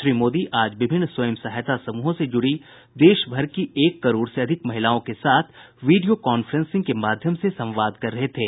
श्री मोदी आज विभिन्न स्वयं सहायता समूहों से जुड़ी देश भर की एक करोड़ से अधिक महिलाओं के साथ वीडियो कांफ्रेंसिंग के जरिए संवाद कर रहे थे